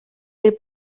les